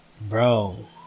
Bro